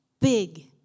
big